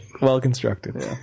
well-constructed